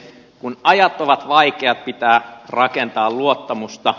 kun ajat ovat vaikeat pitää rakentaa luottamusta